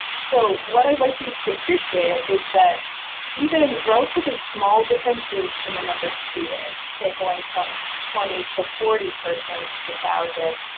so what i'd like you to appreciate is that even relatively small differences in the numbers treated, say going from twenty to forty persons per thousand,